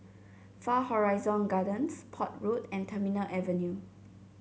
Far Horizon Gardens Port Road and Terminal Avenue